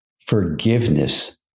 Forgiveness